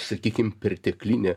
sakykim perteklinė